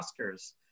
oscars